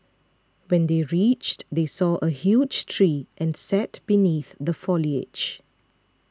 when they reached they saw a huge tree and sat beneath the foliage